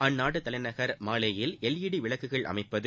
அந்நாட்டு தலைநகர் மாலேயில் எல்ஈடி விளக்குகள் அமைப்பது